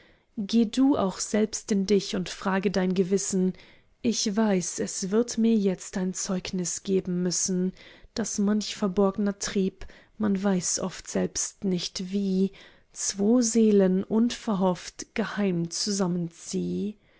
geh du auch selbst in dich und frage dein gewissen ich weiß es wird mir jetzt ein zeugnis geben müssen daß manch verborgner trieb man weiß oft selbst nicht wie zwo seelen unverhofft geheim zusammenzieh